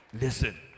Listen